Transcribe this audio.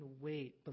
wait